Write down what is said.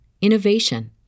innovation